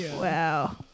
Wow